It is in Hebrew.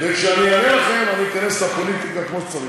וכשאני אענה לכם אני אכנס לפוליטיקה כמו שצריך,